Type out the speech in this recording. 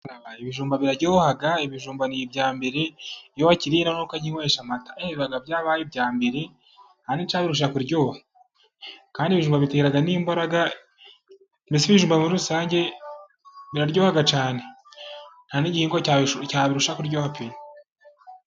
Ibijumba biraryoha, ibijumba ni ibya mbere iyo wakiriye nuko ukabinywesha amata. Ntacyabirusha kuryoha kandi ibijumba bitera n'imbaraga umubiri. Muri rusange biraryoha cyane ntagihingwa cyabirusha kuryoha pe!